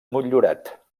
motllurat